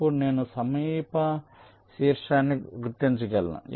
అప్పుడు నేను సమీప శీర్షాన్ని గుర్తించగలను